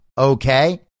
Okay